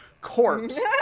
corpse